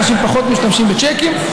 אנשים פחות משתמשים בצ'קים.